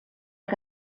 que